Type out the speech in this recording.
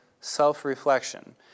self-reflection